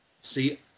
See